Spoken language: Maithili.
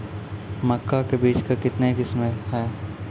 मक्का के बीज का कितने किसमें हैं?